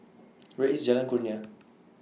Where IS Jalan Kurnia